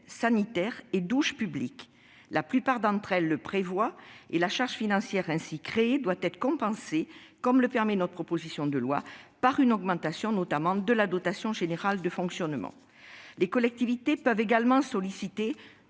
sanitaires et douches publics. La plupart d'entre elles le prévoient, et la charge financière ainsi créée doit être compensée, comme le permet notre proposition de loi, par une augmentation de la dotation globale de fonctionnement. Les collectivités peuvent également solliciter